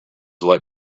let